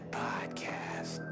podcast